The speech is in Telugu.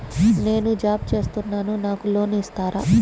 నేను జాబ్ చేస్తున్నాను నాకు లోన్ ఇస్తారా?